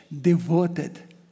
devoted